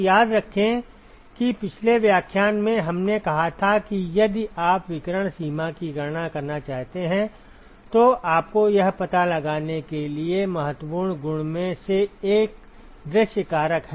तो याद रखें कि पिछले व्याख्यान में हमने कहा था कि यदि आप विकिरण सीमा की गणना करना चाहते हैं तो आपको यह पता लगाने के लिए महत्वपूर्ण गुणों में से एक दृश्य कारक है